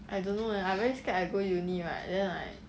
I don't know leh I very scared I go uni right then I